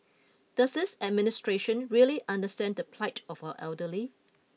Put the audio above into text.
does this administration really understand the plight of our elderly